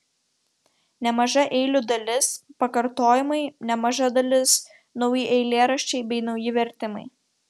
nemaža eilių dalis pakartojimai nemaža dalis nauji eilėraščiai bei nauji vertimai